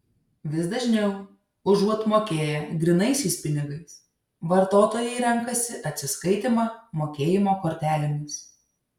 vis dažniau užuot mokėję grynaisiais pinigais vartotojai renkasi atsiskaitymą mokėjimo kortelėmis